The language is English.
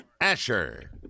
Asher